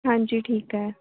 ਹਾਂਜੀ ਠੀਕ ਹੈ